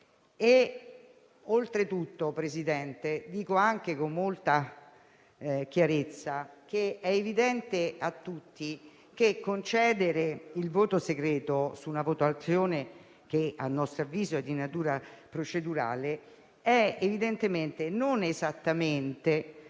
procedurale. Presidente, dico con molta chiarezza che è evidente a tutti che concedere il voto segreto su una votazione che, a nostro avviso, è di natura procedurale non è esattamente